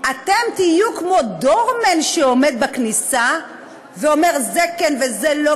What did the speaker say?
אתם תהיו כמו doorman שעומד בכניסה ואומר: זה כן וזה לא,